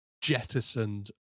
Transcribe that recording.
jettisoned